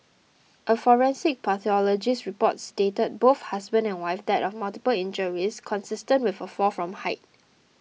a forensic pathologist's report stated both husband and wife died of multiple injuries consistent with a fall from height